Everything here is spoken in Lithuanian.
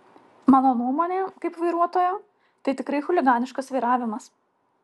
mano nuomonė kaip vairuotojo tai tikrai chuliganiškas vairavimas